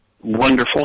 wonderful